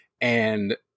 and-